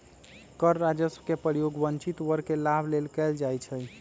कर राजस्व के प्रयोग वंचित वर्ग के लाभ लेल कएल जाइ छइ